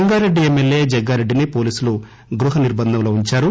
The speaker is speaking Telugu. సంగారెడ్డి ఎమ్మెల్యే జగ్గారెడ్డిని పోలీసులు గృహనిర్బంధంలో ఉంచారు